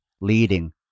leading